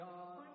God